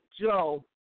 Joe